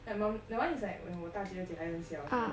like mm that one is like when 我大姐二姐还很小的时候